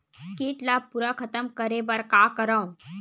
कीट ला पूरा खतम करे बर का करवं?